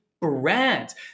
brands